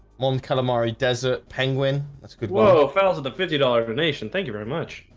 mon calamari desert penguin that's good, oh fowls of the fifty dollars donation. thank you very much.